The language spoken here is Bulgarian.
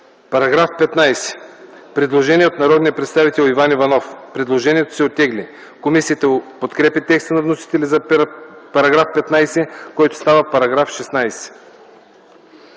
По § 15 има предложение от народния представител Иван Иванов. Предложението се оттегли. Комисията подкрепя текста на вносителя за § 15, който става § 16.